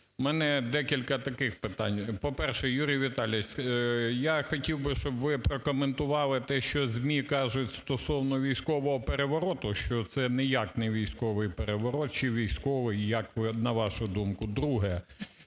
мене декілька таких питань. По-перше, Юрій Віталійович, я хотів би, щоб ви прокоментували те, що ЗМІ кажуть стосовно військового перевороту, що це ніяк не військовий переворот чи військовий, як на вашу думку? Друге.